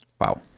Wow